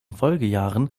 folgejahren